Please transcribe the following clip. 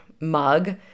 mug